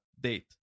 date